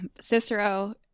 Cicero